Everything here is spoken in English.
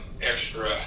extra